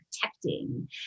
protecting